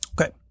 Okay